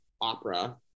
opera